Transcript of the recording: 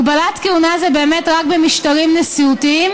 הגבלת כהונה זה באמת רק במשטרים נשיאותיים.